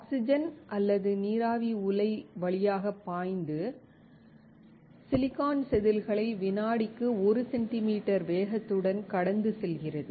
oxygen அல்லது நீராவி உலை வழியாக பாய்ந்து சிலிக்கான் செதில்களை வினாடிக்கு 1 சென்டிமீட்டர் வேகத்துடன் கடந்து செல்கிறது